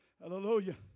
Hallelujah